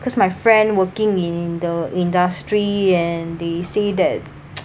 because my friend working in the industry and they say that